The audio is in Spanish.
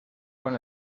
con